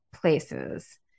places